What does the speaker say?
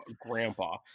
grandpa